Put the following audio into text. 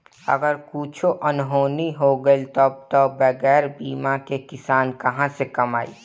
अगर कुछु अनहोनी हो गइल तब तअ बगैर बीमा कअ किसान कहां से कमाई